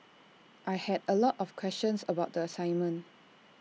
I had A lot of questions about the assignment